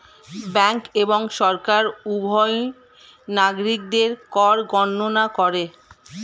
bank এবং সরকার উভয়ই নাগরিকদের কর গণনা করে